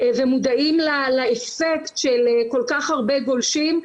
ומודעים לאפקט של כל כך הרבה גולשים.